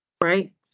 right